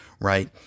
Right